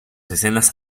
escenas